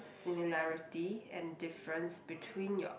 similarity and difference between your